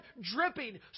dripping